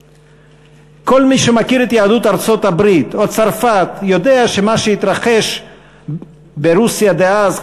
כל מי שמכיר את יהדות ארצות-הברית או צרפת יודע שמה שהתרחש ברוסיה דאז,